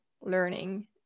learning